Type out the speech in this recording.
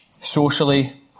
socially